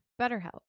BetterHelp